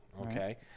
okay